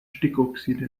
stickoxide